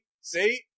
See